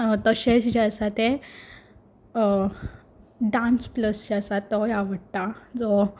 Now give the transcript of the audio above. तशेंच जें आसा तें डान्स प्लस जो आसा तोवूय आवडटा जो